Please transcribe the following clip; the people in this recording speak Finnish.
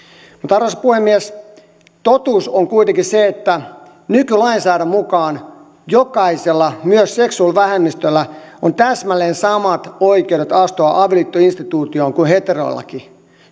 arvoisa puhemies totuus on kuitenkin se että nykylainsäädännön mukaan jokaisella myös seksuaalivähemmistöllä on täsmälleen samat oikeudet astua avioliittoinstituutioon kuin heteroillakin